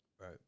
right